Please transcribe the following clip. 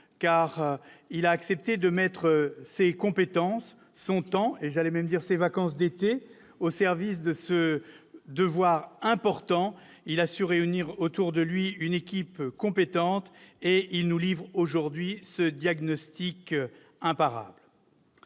car il a accepté de consacrer ses compétences, son temps, voire ses vacances d'été, au service de ce devoir important. Il a su réunir autour de lui une équipe compétente et il nous livre aujourd'hui un diagnostic imparable.